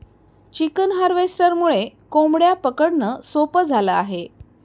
chicken हार्वेस्टरमुळे कोंबड्या पकडणं सोपं झालं आहे